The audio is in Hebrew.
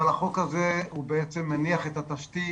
אבל החוק הזה הוא בעצם מניח את התשתית